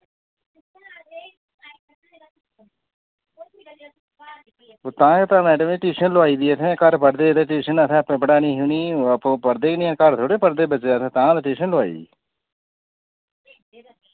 ते तां ही ते मैडम जी ट्यूशन लोआई दी असें घर पढ़दे ते ट्यूशन असें आपें पढ़ानी ही उ'नेई आपूं पढ़दे ही निं ऐ घर थोह्ड़े पढ़दे बच्चे असें तां ते ट्यूशन लोआई